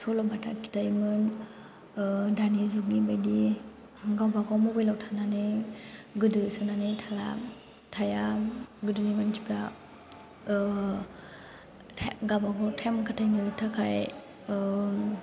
सल'बाथा खिन्थायोमोन दानि जुगनि बायदि गावबा गाव मबाइलाव थानानै गोदो सोनानै थाला थाया गोदोनि मानसिफ्रा गावबा गाव टाइम खाथायनो थाखाय